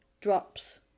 drops